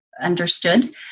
understood